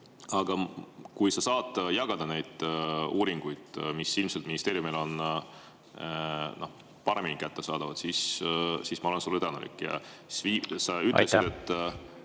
Aga kui sa saad jagada neid uuringuid, mis ilmselt ministeeriumile on paremini kättesaadavad, siis ma olen sulle tänulik. Sa